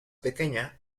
pequeña